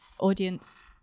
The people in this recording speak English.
Audience